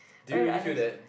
do you really feel that